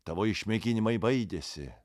tavo išmėginimai baigėsi